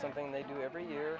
something they do every year